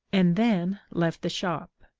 and then left the shop.